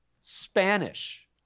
Spanish